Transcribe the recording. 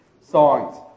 songs